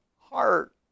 heart